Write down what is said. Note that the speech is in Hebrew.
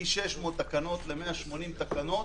מ-900 תקנות ל-180 תקנות